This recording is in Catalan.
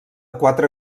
quatre